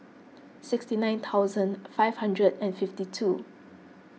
sixty nine thousand five hundred and fifty two